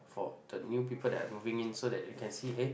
for the new people that are moving in so they can see eh